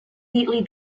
wheatley